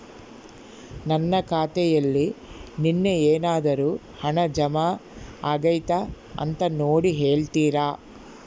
ನನ್ನ ಖಾತೆಯಲ್ಲಿ ನಿನ್ನೆ ಏನಾದರೂ ಹಣ ಜಮಾ ಆಗೈತಾ ಅಂತ ನೋಡಿ ಹೇಳ್ತೇರಾ?